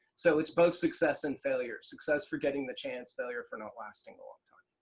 so it's both success and failure. success for getting the chance. failure for not lasting a long time.